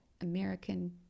American